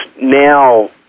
now